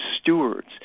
stewards